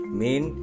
main